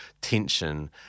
tension